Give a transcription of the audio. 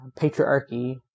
patriarchy